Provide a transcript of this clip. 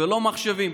ולא מחשבים,